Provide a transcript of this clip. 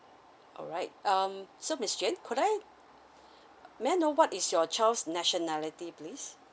alright um so miss jane could I may I know what is your child's nationality please